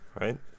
right